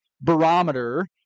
barometer